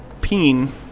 peen